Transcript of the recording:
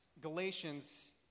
Galatians